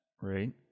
Right